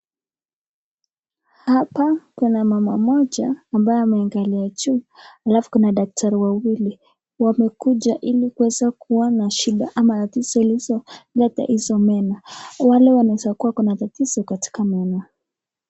Hapa kuna mama moja ambaye ameangalia juu alfu kuna daktari wawili wanekuja hili kuwaza kuwa na shida ama tatizo zilizo Kwa meno wale wanaweza kuwa na tatizo katika meno.